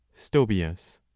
Stobius